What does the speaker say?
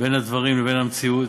בין הדברים ובין המציאות,